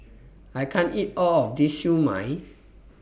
I can't eat All of This Siew Mai